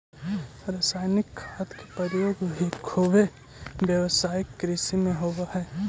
रसायनिक खाद के प्रयोग भी खुबे व्यावसायिक कृषि में होवऽ हई